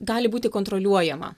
gali būti kontroliuojama